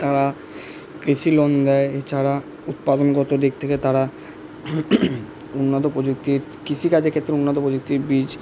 তারা কৃষিলোন দেয় এছাড়া উৎপাদনগত দিক থেকে তারা উন্নত প্রযুক্তির কৃষিকাজের ক্ষেত্রে উন্নত প্রযুক্তির বীজ